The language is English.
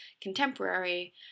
contemporary